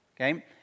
Okay